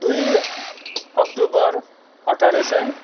दुई अक्टुबर अठार सय